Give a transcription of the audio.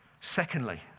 Secondly